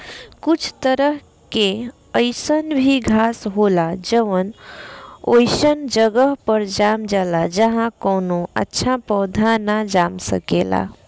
कुछ तरह के अईसन भी घास होला जवन ओइसन जगह पर जाम जाला जाहा कवनो अच्छा पौधा ना जाम सकेला